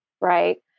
right